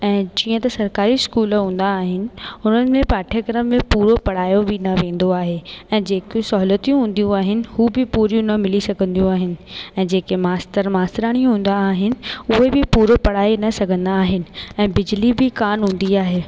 ऐं जीअं त सरकारी स्कूल हूंदा आहिनि हुननि में पाठ्यक्रम में पूरो पढ़ायो बि न वेंदो आहे ऐं जेके सहूलतियूं हूंदियूं आहिनि उहे बि पूरियूं न मिली सघंदियूं आहिनि ऐं जेके मास्तर मास्तारानी हूंदा आहिनि उहे बि पूरो पढ़ाए न सघंदा आहिनि ऐं बिजली बि कोन हूंदी आहे